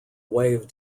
wave